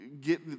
get